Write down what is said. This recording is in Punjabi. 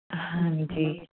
ਹਾਂਜੀ